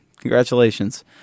Congratulations